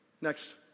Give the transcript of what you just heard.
Next